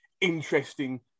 interesting